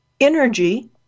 energy